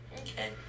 Okay